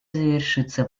завершится